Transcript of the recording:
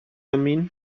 mean